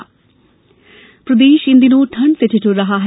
मौसम प्रदेश इन दिनों ठंड से ठिवुर रहा है